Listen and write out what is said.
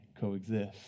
coexist